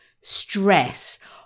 stress